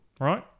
right